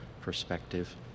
perspective